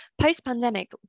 post-pandemic